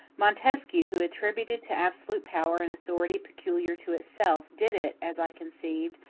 montesquieu, who attributed to absolute power an authority peculiar to itself, did it, as i conceive,